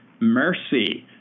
mercy